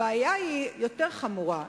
הבעיה היא יותר חמורה,